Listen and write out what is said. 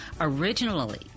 Originally